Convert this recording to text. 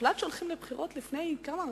הוחלט שהולכים לבחירות לפני, כמה?